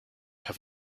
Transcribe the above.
have